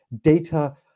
data